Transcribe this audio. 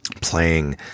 playing